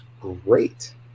great